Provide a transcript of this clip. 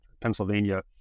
Pennsylvania